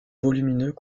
volumineux